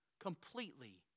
Completely